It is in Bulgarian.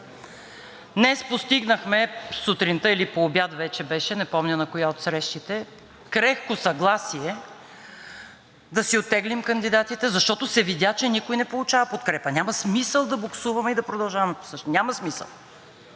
Днес сутринта или по обяд беше, не помня на коя от срещите, постигнахме крехко съгласие да си оттеглим кандидатите, защото се видя, че никой не получава подкрепа. Няма смисъл да буксуваме и да продължаваме по същия